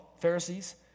Pharisees